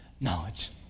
Knowledge